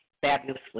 fabulously